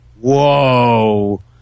Whoa